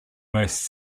most